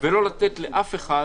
ולא לתת לאף אחד